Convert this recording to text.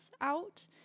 out